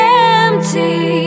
empty